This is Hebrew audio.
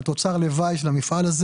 סויה.